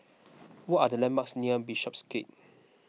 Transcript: what are the landmarks near Bishopsgate